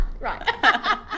Right